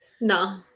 No